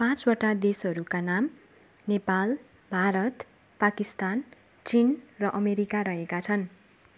पाँच ओटा देशहरूका नाम नेपाल भारत पाकिस्तान चिन र अमेरिका रहेका छन्